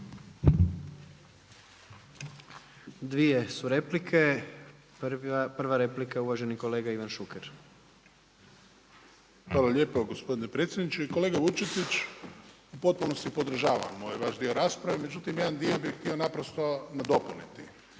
Dvije su replike. Prva replika je uvaženi kolega Ivan Šuker. **Šuker, Ivan (HDZ)** Hvala lijepa gospodine predsjedniče. Kolega Vučetić u potpunosti podržavam ovaj vaš dio rasprave, međutim jedan dio bih htio naprosto nadopuniti